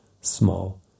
small